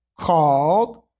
called